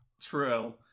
True